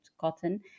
cotton